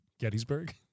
Gettysburg